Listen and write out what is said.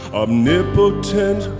omnipotent